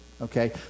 okay